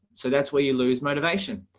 so that's where you lose motivation.